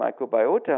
microbiota